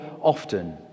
often